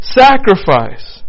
sacrifice